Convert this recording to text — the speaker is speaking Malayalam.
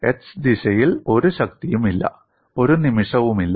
X ദിശയിൽ ഒരു ശക്തിയും ഇല്ല ഒരു നിമിഷവുമില്ല